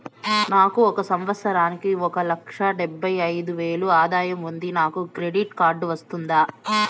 నాకు ఒక సంవత్సరానికి ఒక లక్ష డెబ్బై అయిదు వేలు ఆదాయం ఉంది నాకు క్రెడిట్ కార్డు వస్తుందా?